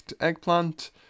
eggplant